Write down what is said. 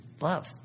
Love